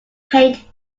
paint